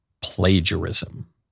plagiarism